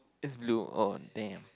that's blue oh damn